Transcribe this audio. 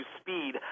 speed